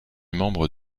membre